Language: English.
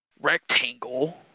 rectangle